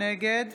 נגד